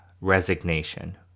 Resignation